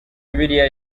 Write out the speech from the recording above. bibiliya